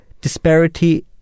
disparity